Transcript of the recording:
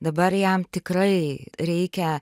dabar jam tikrai reikia